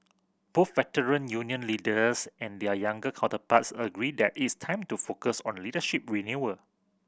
both Veteran Union leaders and their younger counterparts agreed that it's time to focus on leadership renewal